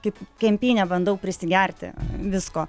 kaip kempinė bandau prisigerti visko